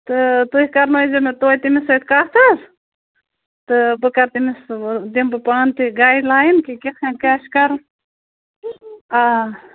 تہٕ تُہۍ کرنٲوۍزیٚو مےٚ تۄتہِ تٔمِس سۭتۍ کَتھ تہٕ بہٕ کَرٕ تٔمِس دِمہٕ بہٕ پانہٕ تہِ گایڈ لاین کہِ کِتھٕ کٔنۍ کیٛاہ چھُ کَرُن آ